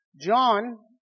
John